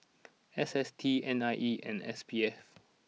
S S T N I E and S P F